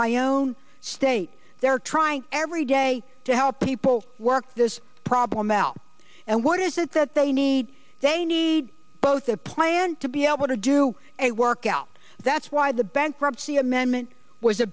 my own state they're trying every day to help people work this problem out and what is it that they need they need both a plan to be able to do a workout that's why the bankruptcy amendment was a